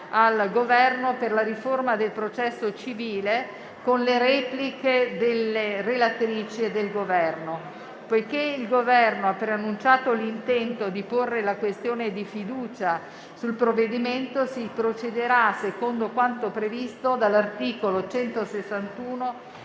al Governo per la riforma del processo civile, con le repliche delle relatrici e del Governo. Poiché il Governo ha preannunciato l'intento di porre la questione di fiducia sul provvedimento, si procederà secondo quanto previsto dall'articolo 161,